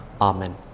Amen